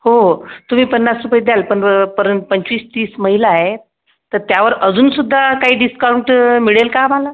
हो हो तुम्ही पन्नास रुपये द्याल पण परन पंचवीस तीस महिला आहे तर त्यावर अजूनसुध्दा काही डिस्काऊंट मिळेल का आम्हाला